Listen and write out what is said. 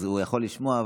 אז הוא יכול לשמוע,